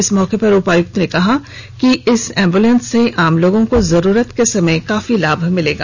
इस मौके पर उपायुक्त ने कहा कि इस एबुलेंस से आम लोगों को जरुरत के समय काफी लाभ मिलेगा